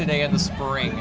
today in the spring